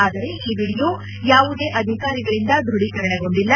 ಆದರೆ ಈ ವಿಡಿಯೋ ಯಾವುದೇ ಅಧಿಕಾರಿಗಳಿಂದ ದೃಢಿಕರಣಗೊಂಡಿಲ್ಲ